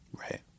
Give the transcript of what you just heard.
Right